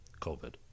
COVID